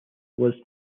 was